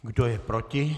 Kdo je proti?